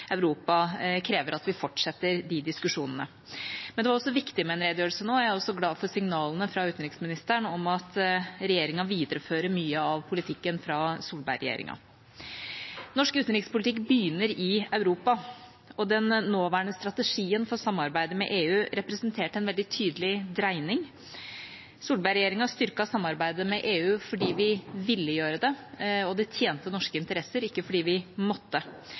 vi fortsetter de diskusjonene. Men det var også viktig med en redegjørelse nå, og jeg er også glad for signalene fra utenriksministeren om at regjeringa viderefører mye av politikken fra Solberg-regjeringa. Norsk utenrikspolitikk begynner i Europa, og den nåværende strategien for samarbeidet med EU representerte en veldig tydelig dreining. Solberg-regjeringa styrket samarbeidet med EU fordi vi ville gjøre det, og fordi det tjente norske interesser, ikke fordi vi måtte.